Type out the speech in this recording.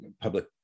public